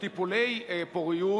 טיפולי פוריות,